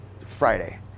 Friday